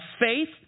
faith